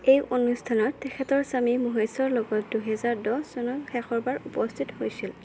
এই অনুষ্ঠানত তেখেতৰ স্বামী মহেশৰ লগত দুই হেজাৰ দহ চনত শেষৰবাৰ উপস্থিত হৈছিল